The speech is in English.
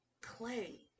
clay